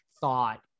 thought